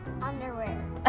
Underwear